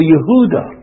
Yehuda